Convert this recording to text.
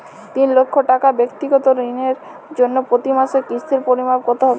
তিন লক্ষ টাকা ব্যাক্তিগত ঋণের জন্য প্রতি মাসে কিস্তির পরিমাণ কত হবে?